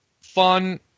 fun